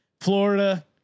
Florida